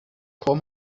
core